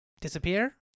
disappear